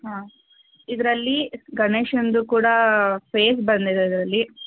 ಹಾಂ ಇದರಲ್ಲಿ ಗಣೇಶನದು ಕೂಡ ಫೇಸ್ ಬಂದಿದೆ ಅದರಲ್ಲಿ